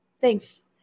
Thanks